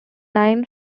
nine